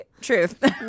truth